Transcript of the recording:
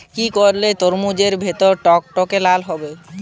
কি করলে তরমুজ এর ভেতর টকটকে লাল হবে?